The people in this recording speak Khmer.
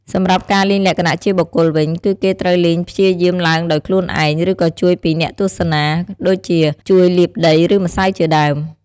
សម្រាប់់ការលេងលក្ខណៈជាបុគ្គលវិញ គឺគេត្រូវលេងព្យាយាមឡើងដោយខ្លួនឯង ឬក៏ជួយពីអ្នកទស្សនា ដូចជាជួយលាបដីឬម្រៅជាដើម។